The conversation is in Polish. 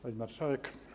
Pani Marszałek!